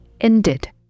ended